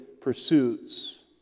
pursuits